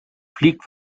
fliegt